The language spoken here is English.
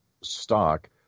stock